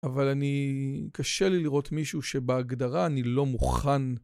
אבל אני קשה לי לראות מישהו שבהגדרה אני לא מוכן